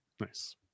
Nice